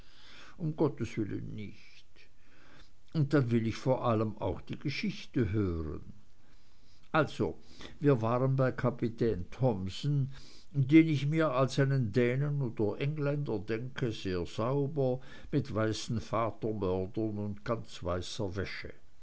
um gottes willen nicht und dann will ich vor allem auch die geschichte hören also wir waren bei kapitän thomsen den ich mir als einen dänen oder engländer denke sehr sauber mit weißen vatermördern und ganz weißer wäsche